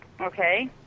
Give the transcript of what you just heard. Okay